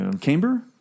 Camber